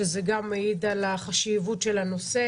שזה גם מעיד על החשיבות של הנושא,